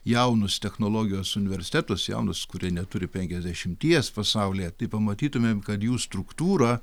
jaunus technologijos universitetus jaunus kurie neturi penkiasdešimties pasaulyje tai pamatytumėme kad jų struktūra